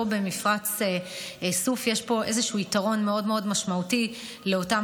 פה, במפרץ סוף, יש יתרון מאוד מאוד משמעותי לאותם